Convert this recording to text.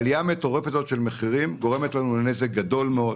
העלייה המטורפת של המחירים גורמת לנו לנזק גדול מאוד.